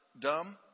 dumb